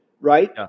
right